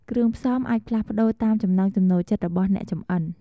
គ្រឿងផ្សំអាចផ្លាស់ប្តូរតាមចំណង់ចំណូលចិត្តរបស់អ្នកចម្អិន។